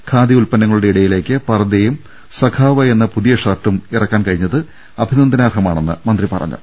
ഖാദി ഉൽപന്നങ്ങളുടെ ഇടയി ലേക്ക് പർദ്ദയും സഖാവ് എന്ന പുതിയ ഷർട്ടും ഇറ ക്കാൻ കഴിഞ്ഞത് അഭിനന്ദനാർഹമാണെന്ന് മന്ത്രി പറഞ്ഞു